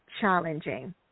challenging